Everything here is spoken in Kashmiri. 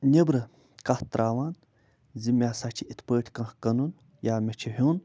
نیبرٕ کَتھ ترٛاوان زِ مےٚ ہسا چھِ یِتھ پٲٹھۍ کانٛہہ کٕنُن یا مےٚ چھِ ہیوٚن